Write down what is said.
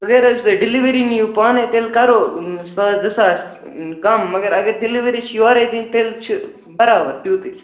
اگر حظ تُہۍ ڈیلِؤری نِیِو پانَے تیٚلہِ کَرو ساس زٕ ساس کَم مگر اگر ڈیٚلِؤری چھِ یورَے دِنۍ تیٚلہِ چھِ برابر تیٛوٗتُے